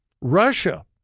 Russia